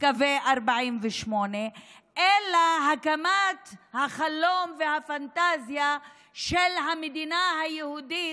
קווי 48' אלא הקמת החלום והפנטזיה של המדינה היהודית